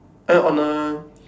ah on a